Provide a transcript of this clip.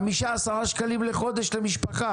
חמישה או עשרה שקלים לחודש למשפחה?